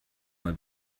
mal